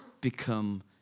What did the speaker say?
become